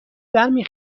برمی